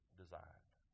designed